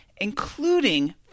including